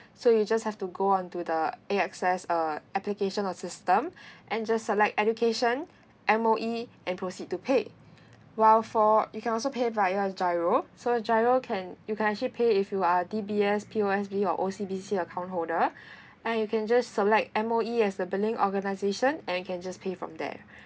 so you just have to go on to the A_X_S uh application or system and just select education M_O_E and proceed to pay while for you can also pay via giro so giro can you can actually pay if you are D_B_S P_O_S_B O_C_B_C account holder and you can just select M_O_E as the billing organisation and can just pay from there